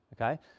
okay